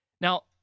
Now